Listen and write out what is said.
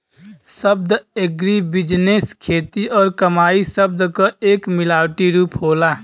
शब्द एग्रीबिजनेस खेती और कमाई शब्द क एक मिलावटी रूप होला